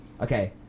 Okay